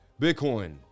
Bitcoin